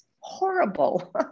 horrible